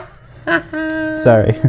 Sorry